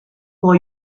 for